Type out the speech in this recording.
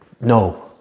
No